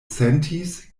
sentis